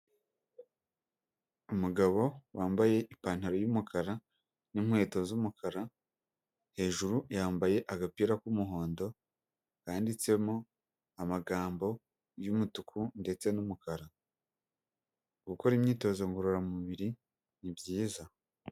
Umugabo wambaye ipantaro y'umukara n'inkweto z'umukara, hejuru yambaye agapira k'umuhondo kanditsemo amagambo y'umutuku ndetse n'umukara, gukora imyitozo ngororamubiri ni byiza.